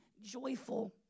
joyful